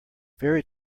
fairy